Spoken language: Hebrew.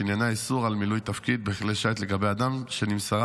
שעניינה איסור על מילוי תפקיד בכלי שיט לגבי אדם שנמסרה